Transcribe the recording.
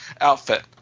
outfit